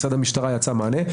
מצד המשטרה יצא מענה.